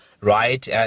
right